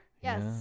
Yes